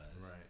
right